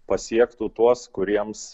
pasiektų tuos kuriems